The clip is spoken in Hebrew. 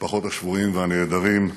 משפחות השבויים והנעדרים,